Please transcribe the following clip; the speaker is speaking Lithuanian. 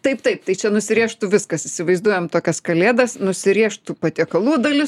taip taip tai čia nusirėžtų viskas įsivaizduojam tokias kalėdas nusirėžtų patiekalų dalis